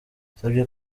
yasavye